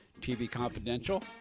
tvconfidential